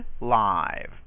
Live